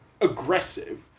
aggressive